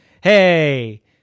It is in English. hey